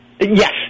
Yes